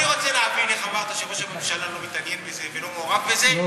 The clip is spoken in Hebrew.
אני רוצה להבין איך אמרת שראש הממשלה לא מתעניין בזה ולא מעורב בזה,